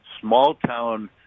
small-town